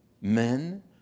men